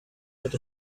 let